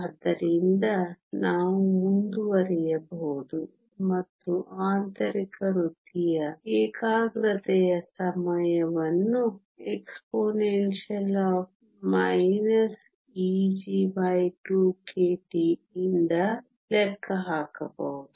ಆದ್ದರಿಂದ ನಾವು ಮುಂದುವರಿಯಬಹುದು ಮತ್ತು ಆಂತರಿಕ ವೃತ್ತಿಯ ಏಕಾಗ್ರತೆಯ ಸಮಯವನ್ನು exp Eg2kT ನಿಂದ ಲೆಕ್ಕ ಹಾಕಬಹುದು